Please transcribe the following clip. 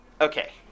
okay